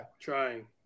Trying